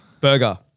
Burger